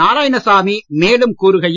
நாராயணசாமி மேலும் கூறுகையில்